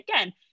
again